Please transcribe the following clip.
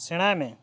ᱥᱮᱬᱟᱭᱢᱮ